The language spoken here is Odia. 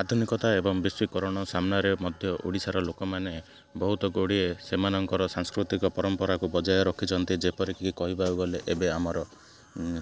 ଆଧୁନିକତା ଏବଂ ବିଶ୍ୱୀକରଣ ସାମ୍ନାରେ ମଧ୍ୟ ଓଡ଼ିଶାର ଲୋକମାନେ ବହୁତ ଗୁଡ଼ିଏ ସେମାନଙ୍କର ସାଂସ୍କୃତିକ ପରମ୍ପରାକୁ ବଜାୟ ରଖିଛନ୍ତି ଯେପରିକି କହିବାକୁ ଗଲେ ଏବେ ଆମର